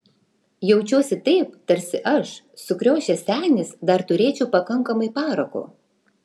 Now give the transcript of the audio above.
jaučiuosi taip tarsi aš sukriošęs senis dar turėčiau pakankamai parako